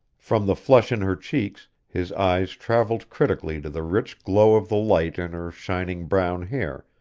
from the flush in her cheeks his eyes traveled critically to the rich glow of the light in her shining brown hair,